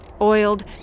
oiled